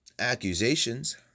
accusations